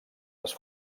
les